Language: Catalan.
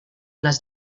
les